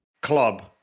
Club